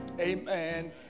Amen